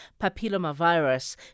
papillomavirus